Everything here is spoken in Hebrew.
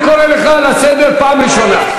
אני קורא אותך לסדר פעם ראשונה.